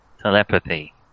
Telepathy